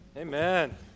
Amen